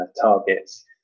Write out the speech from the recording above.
targets